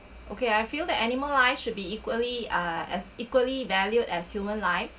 okay I feel the animal live should be equally uh as equally valued as human life